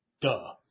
duh